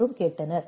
என்றும் கேட்டனர்